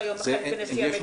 שהיום מכהן כנשיא המדינה.